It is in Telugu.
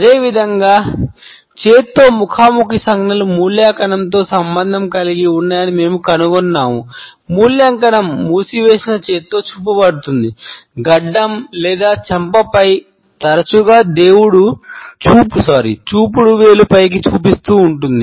అదేవిధంగా చేతితో ముఖాముఖి సంజ్ఞలు మూల్యాంకనంతో మూసివేసిన చేతితో చూపబడుతుంది గడ్డం లేదా చెంపపై తరచుగా చూపుడు వేలు పైకి చూపిస్తూ ఉంటుంది